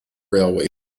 railway